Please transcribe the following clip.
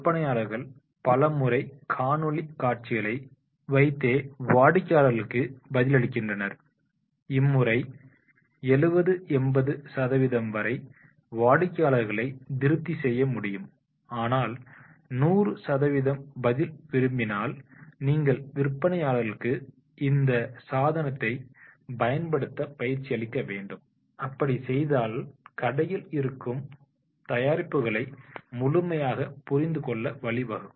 விற்பனையாளர்கள் பலமுறை காணொளி காட்சிகளை வைத்தேவாடிக்கையாளர்களுக்கு பதிலளிக்கின்றனர் இம்முறை 70 80 சதவீதம் வரை வாடிக்கையாளர்களை திருப்தி செய்ய முடியும் ஆனால்100 சதவீத பதில் விரும்பினால் நீங்கள் விற்பனையாளர்களுக்கு இந்த சாதனத்தை பயன்படுத்த பயிற்சி அளிக்க வேண்டும் செய்தாள் கடையில் இருக்கும் தயாரிப்புகளை முழுமையாக புரிந்துகொள்ள வழிவகுக்கும்